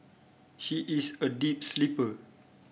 she is a deep sleeper